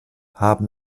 haben